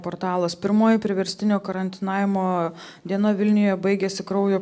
portalas pirmoji priverstinio karantinavimo diena vilniuje baigėsi kraujo